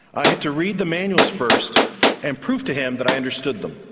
i had to read the manuals first and prove to him that i understood them.